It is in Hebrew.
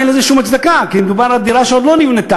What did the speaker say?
אין לזה שום הצדקה כי מדובר על דירה שעוד לא נבנתה.